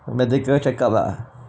medical checkup ah